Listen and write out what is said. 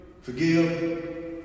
forgive